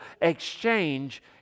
exchange